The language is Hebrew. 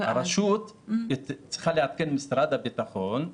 הרשות צריכה לעדכן את משרד הביטחון,